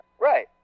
Right